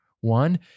one